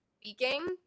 speaking